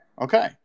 Okay